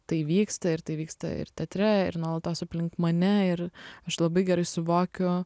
tai vyksta ir tai vyksta ir teatre ir nuolatos aplink mane ir aš labai gerai suvokiu